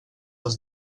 els